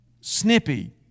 snippy